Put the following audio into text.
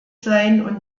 sein